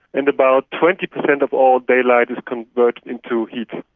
and about twenty percent of all daylight is converted into heat.